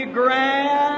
grand